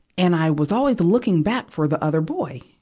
and i was always looking back for the other boy.